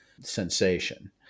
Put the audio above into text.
sensation